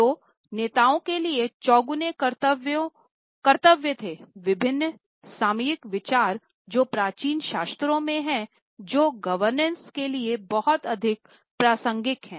तो नेताओं के लिए चौगुने कर्तव्य थे विभिन्न सामयिक विचार जो प्राचीन शास्त्रों में हैं जो गवर्नेंस के लिए बहुत अधिक प्रासंगिक हैं